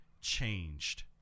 changed